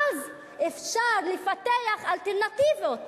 אז אפשר לפתח אלטרנטיבות,